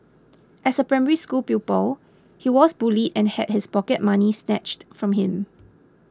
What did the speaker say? as a Primary School pupil he was bullied and had his pocket money snatched from him